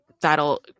that'll